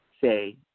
say